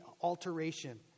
alteration